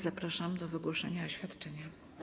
Zapraszam do wygłoszenia oświadczenia.